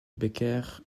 becker